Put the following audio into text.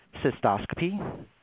cystoscopy